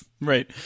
right